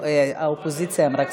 התשע"ז 2017,